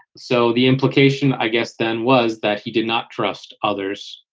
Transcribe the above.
so the implication, i guess, then, was that he did not trust others,